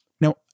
Now